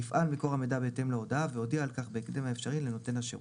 יפעל מקור המידע בהתאם להודעה ויודיע על כך בהקדם האפשרי לנותן השירות.